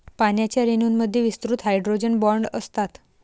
पाण्याच्या रेणूंमध्ये विस्तृत हायड्रोजन बॉण्ड असतात